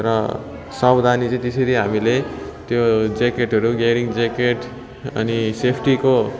र सावधानी चाहिँ त्यसरी हामीले त्यो ज्याकेटहरू केरिङ ज्याकेट अनि सेफ्टीको